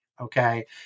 okay